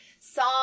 song